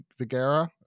Vigera